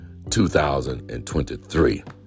2023